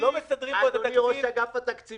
לא מסדרים פה את התקציב --- אדוני ראש אגף התקציבים,